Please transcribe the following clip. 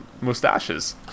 mustaches